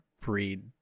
breed